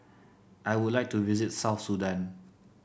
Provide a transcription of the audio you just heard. I would like to visit South Sudan